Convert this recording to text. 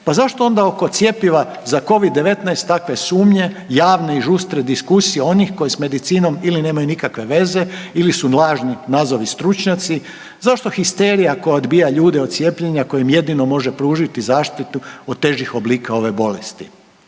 pa zašto onda oko cjepiva za Covid-19 takve sumnje, javne i žustre diskusije onih koji s medicinom ili nemaju nikakve veze ili su lažni, nazovi stručnjaci, zašto histerija koja odbija ljude od cijepljenja koje im jedino može pružiti zaštitu od težih oblika ove bolesti.